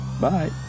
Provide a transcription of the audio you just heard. Bye